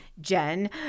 Jen